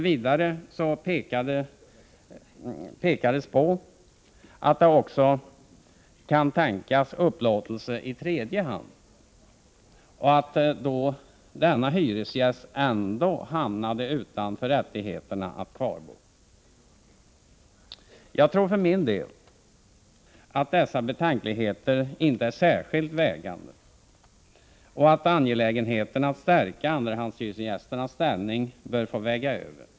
Vidare pekades på att det också kan tänkas upplåtelser i tredje hand och att då denna tredjehandshyresgäst ändå hamnade utanför rättigheterna att kvarbo. Jag tror för min del att dessa betänkligheter inte är särskilt vägande och att angelägenheten att stärka andrahandshyresgästernas ställning bör få väga över.